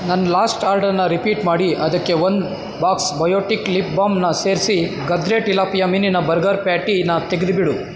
ನನ್ನ ಲಾಸ್ಟ್ ಆರ್ಡರ್ನ ರಿಪೀಟ್ ಮಾಡಿ ಅದಕ್ಕೆ ಒನ್ ಬಾಕ್ಸ್ ಬಯೋಟಿಕ್ ಲಿಪ್ ಬಾಮ್ನ ಸೇರಿಸಿ ಗದ್ರೆ ಟಿಲಾಪಿಯ ಮೀನಿನ ಬರ್ಗರ್ ಪ್ಯಾಟೀನ ತೆಗ್ದುಬಿಡು